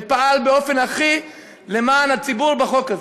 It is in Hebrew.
ופעל באופן הכי למען הציבור בחוק הזה.